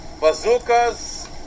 bazookas